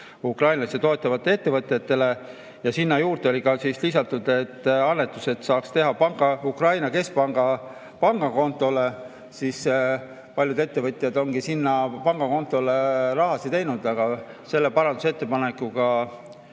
ukrainlasi toetavatele ettevõtetele ja sinna juurde oli lisatud, et annetused saaks teha Ukraina keskpanga kontole – paljud ettevõtjad ongi sinna pangakontole raha kandnud –, siis selle parandusettepanekuga